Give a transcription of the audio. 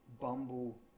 bumble